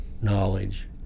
knowledge